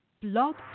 Blog